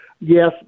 Yes